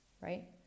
right